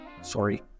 Sorry